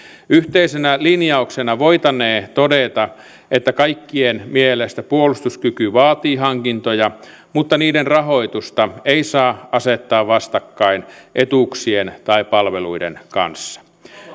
yhteisenä linjauksena voitaneen todeta että kaikkien mielestä puolustuskyky vaatii hankintoja mutta niiden rahoitusta ei saa asettaa vastakkain etuuksien tai palveluiden kanssa